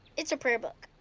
it's a prayer book.